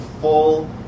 full